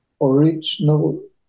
original